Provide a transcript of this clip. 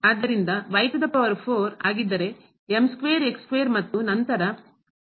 ಆದ್ದರಿಂದ ಆಗಿದ್ದರೆ ಮತ್ತು ನಂತರ ನಾವು ಈ ಅನ್ನು ಹೊಂದಬಹುದು